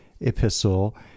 epistle